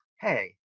hey